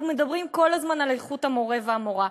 אנחנו מדברים כל הזמן על איכות המורֶה והמורָה,